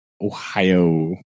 Ohio